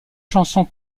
chansons